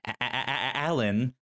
Alan